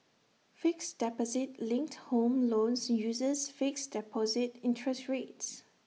fixed deposit linked home loans uses fixed deposit interest rates